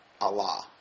Allah